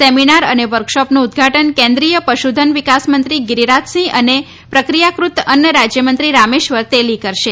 seminar અને વર્કશોપનું ઉદઘાટન કેન્દ્રિય પશુધન વિકાસમંત્રી ગિરિરાજસિંહ અને પ્રક્રિયાકૃત અન્ન રાજ્યમંત્રી રામેશ્વર તેલી કરશે